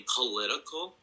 political